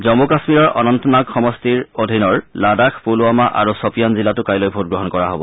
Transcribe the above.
জন্মু কাশ্মীৰৰ অনন্তনাগ সমষ্টিৰ অধীনৰ লাদাখ পুলৱামা আৰু ছপিয়ান জিলাতো কাইলৈ ভোটগ্ৰহণ কৰা হ'ব